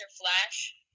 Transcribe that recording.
Flash